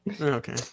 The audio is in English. okay